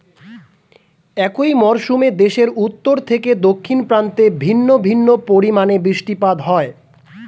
একই মরশুমে দেশের উত্তর থেকে দক্ষিণ প্রান্তে ভিন্ন ভিন্ন পরিমাণে বৃষ্টিপাত হয়